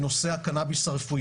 בנושא הקנאביס הרפואי,